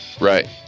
right